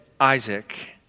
Isaac